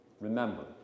Remember